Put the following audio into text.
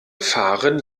fahren